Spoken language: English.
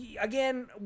Again